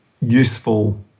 useful